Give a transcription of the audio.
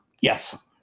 Yes